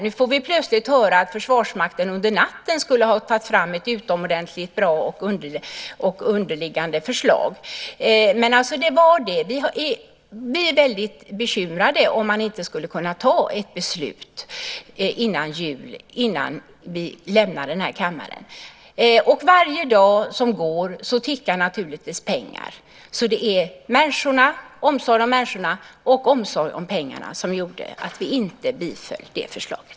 Nu får vi plötsligt höra att Försvarsmakten under natten skulle ha tagit fram ett utomordentligt bra förslag. Vi är bekymrade om det inte går att fatta beslut innan jul, innan vi lämnar kammaren. Varje dag som går tickar naturligtvis pengar. Det var omsorg om människorna och omsorg om pengarna som gjorde att vi inte biföll det förslaget.